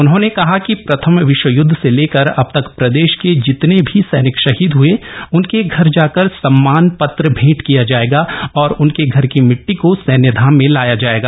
उन्होंने कहा कि प्रथम विश्व य्दध से लेकर अब तक प्रदेश के जितने भी सैनिक शहीद हए उनके घर जाकर सम्मान पत्र भेंट किया जाएगा और उनके घर की मिट्टी को सैन्य धाम में लाया जाएगा